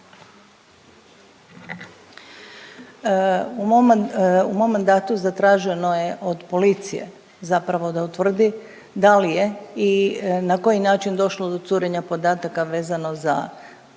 U mom mandatu zatraženo je od policije zapravo da utvrdi da li je i na koji način došlo do curenja podataka vezano za tzv.